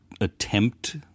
attempt